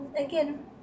again